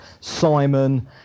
Simon